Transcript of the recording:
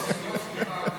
הסנגוריה הציבורית,